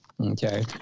Okay